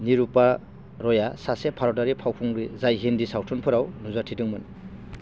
निरूपा रया सासे भारतारि फावखुंग्रि जाय हिन्दि सावथुनफोराव नुजाथिदों मोन